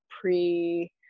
pre-